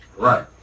right